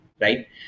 right